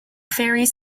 faeries